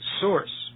source